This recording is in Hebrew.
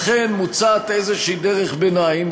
לכן מוצעת איזושהי דרך ביניים,